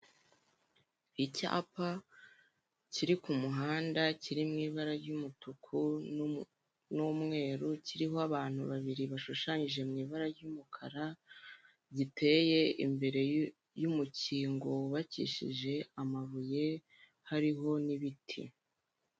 Icyapa kiri ku muhanda kiri mu ibara ry'umutuku n'umweru kiriho abantu babiri bashushanyije mu ibara ry'umukara giteye imbere y'umukingo wubakishije amabuye hariho n'ibiti.